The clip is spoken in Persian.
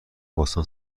باستان